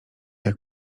jak